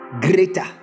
greater